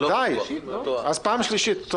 ידוע, ואמרת את זה בהגינות, שאתה